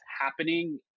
happening